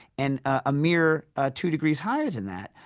and a mere ah two degrees higher than that,